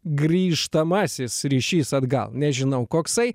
grįžtamasis ryšys atgal nežinau koksai